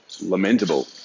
Lamentable